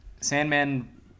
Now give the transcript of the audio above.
Sandman